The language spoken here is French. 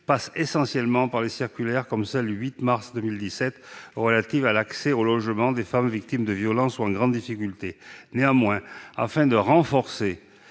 passe essentiellement par les circulaires comme celle du 8 mars 2017 relative à l'accès au logement des femmes victimes de violences ou en grande difficulté. Néanmoins, afin de renforcer